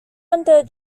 under